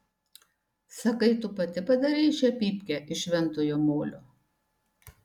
sakai tu pati padarei šią pypkę iš šventojo molio